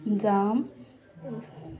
जाम